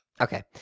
Okay